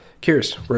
curious